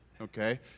Okay